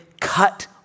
cut